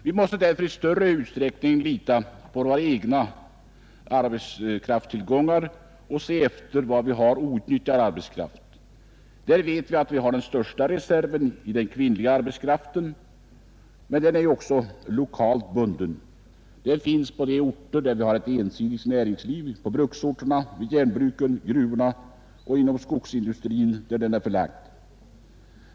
Vi måste därför i större utsträckning lita till våra egna arbetskraftstillgångar och se efter var vi har outnyttjad arbetskraft. Den största reserven utgörs av den kvinnliga arbetskraften, men den är också lokalt bunden. Den finns på de orter där näringslivet är ensidigt — bruksorterna, gruvsamhällena och de platser där skogsindustrins anläggningar är belägna.